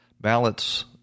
ballots